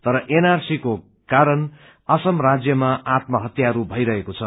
तर एनआरसी को कारण असम राज्यमा आत्म हत्याहरू मैरहेको छ